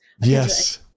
Yes